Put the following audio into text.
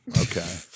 Okay